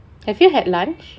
have you had lunch